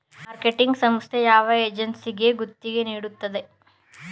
Marketing ಸಂಸ್ಥೆ ಯಾವ ಏಜೆನ್ಸಿಗೆ ಗುತ್ತಿಗೆ ನೀಡುತ್ತದೆ?